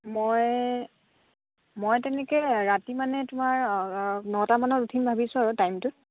মই মই তেনেকে ৰাতি মানে তোমাৰ নটামানত উঠিম ভাবিছোঁ আৰু টাইমটোত